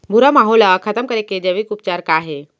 भूरा माहो ला खतम करे के जैविक उपचार का हे?